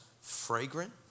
fragrant